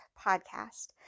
Podcast